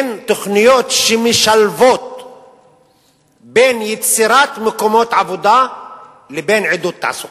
הן תוכניות שמשלבות בין יצירת מקומות עבודה לבין עידוד תעסוקה.